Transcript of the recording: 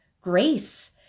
grace